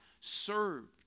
served